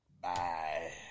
Bye